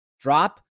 drop